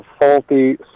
faulty